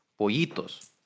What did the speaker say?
Pollitos